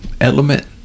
element